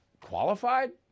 Qualified